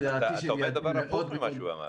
לדעתי --- אתה אומר דבר הפוך ממה שהוא אמר.